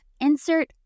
insert